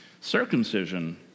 circumcision